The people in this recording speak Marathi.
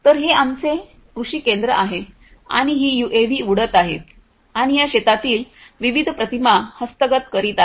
तर हे आमचे कृषी क्षेत्र आहे आणि ही यूएव्ही उडत आहे आणि या शेतातील विविध प्रतिमा हस्तगत करीत आहे